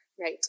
right